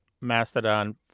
Mastodon